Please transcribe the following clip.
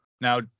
now